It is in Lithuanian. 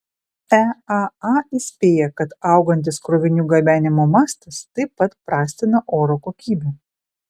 eaa įspėja kad augantis krovinių gabenimo mastas taip pat prastina oro kokybę